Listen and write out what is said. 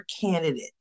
candidate